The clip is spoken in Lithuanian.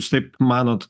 jūs taip manot